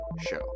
show